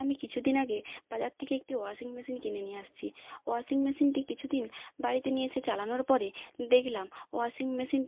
আমি কিছু দিন আগে বাজার থেকে একটি ওয়াশিং মেশিন কিনে নিয়ে আসছি ওয়াশিং মেশিনটি কিছু দিন বাড়িতে নিয়ে এসে চালানোর পরে দেখলাম ওয়াশিং মেশিনটি